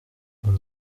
mon